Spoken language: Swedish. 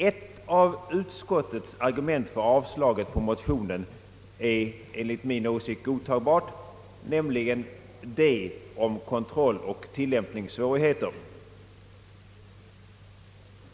Ett av utskottets argument för avstyrkandet av motionen är enligt min åsikt godtagbart, nämligen det som gäller kontrolloch tillämpningssvårigheter.